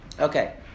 Okay